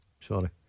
Sorry